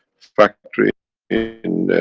factory in